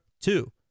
two